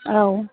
औ